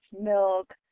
milk